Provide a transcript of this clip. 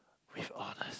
with honours